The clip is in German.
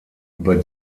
über